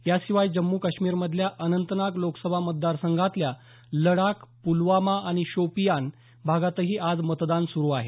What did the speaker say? याशिवाय जम्मू काश्मीरमधल्या अनंतनाग लोकसभा मतदार संघातल्या लडाख पुलवामा आणि शोपियान भागातही आज मतदान सुरू आहे